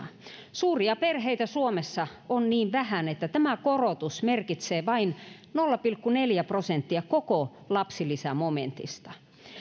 suuria perheitä suomessa on niin vähän että tämä korotus merkitsee vain nolla pilkku neljää prosenttia koko lapsilisämomentista